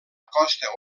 costa